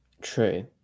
True